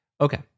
Okay